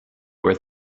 were